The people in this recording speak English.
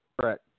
Correct